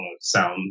sound